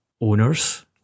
owners